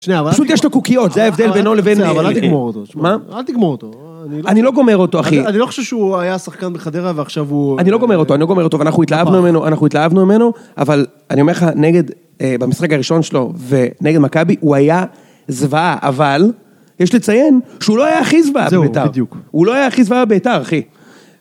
פשוט יש לו קוקיות, זה ההבדל בינו לבין... אבל אל תגמור אותו. מה? אל תגמור אותו. אני לא גומר אותו, אחי. אני לא חושב שהוא היה שחקן בחדרה ועכשיו הוא... אני לא גומר אותו, אני לא גומר אותו, ואנחנו התלהבנו ממנו, אנחנו התלהבנו ממנו, אבל אני אומר לך, נגד... במשחק הראשון שלו ונגד מכבי, הוא היה זוועה, אבל... יש לציין שהוא לא היה הכי זוועה בבית״ר. זהו, בדיוק. הוא לא היה הכי זוועה בבית״ר, אחי.